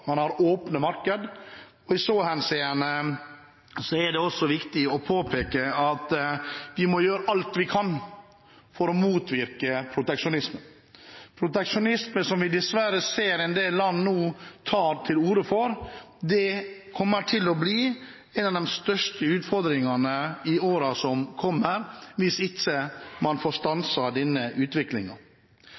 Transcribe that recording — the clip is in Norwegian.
man har åpne markeder. I så henseende er det også viktig å påpeke at vi må gjøre alt vi kan for å motvirke proteksjonisme. Proteksjonisme, som vi dessverre ser at en del land nå tar til orde for, kommer til å bli en av de største utfordringene i årene som kommer, hvis man ikke får stanset denne